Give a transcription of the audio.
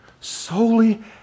Solely